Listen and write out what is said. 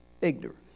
ignorant